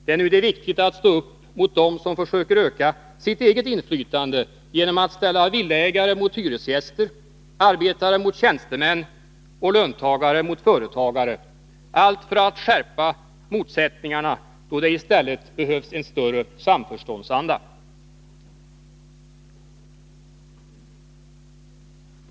Det är nu det är viktigt att stå upp mot dem som försöker öka sitt eget inflytande genom att ställa villaägare mot hyresgäster, arbetare mot tjänstemän och löntagare mot företagare, allt för att skärpa motsättningarna, då det i stället behövs en större samförståndsanda.